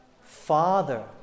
Father